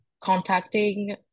contacting